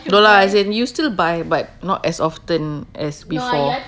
no lah as in you'll still buy but not as often as before